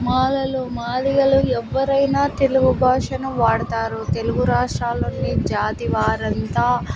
మాలలు మాదిగలు ఎవ్వరైనా తెలుగు భాషను వాడతారు తెలుగు రాష్ట్రాల్లోని జాతి వారంతా